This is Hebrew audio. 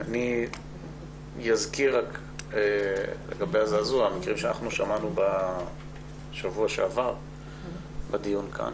אני אזכיר רק לגבי הזעזוע שכל המקרים ששמענו בשבוע שעבר בדיון כאן